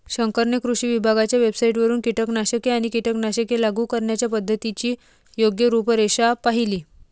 शंकरने कृषी विभागाच्या वेबसाइटवरून कीटकनाशके आणि कीटकनाशके लागू करण्याच्या पद्धतीची योग्य रूपरेषा पाहिली